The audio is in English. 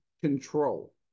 control